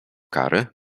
kary